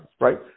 right